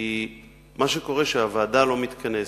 כי מה שקורה הוא, שהוועדה לא מתכנסת,